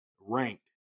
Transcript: ranked